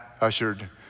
ushered